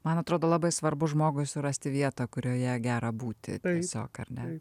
man atrodo labai svarbu žmogui surasti vietą kurioje gera būti tiesiog ar ne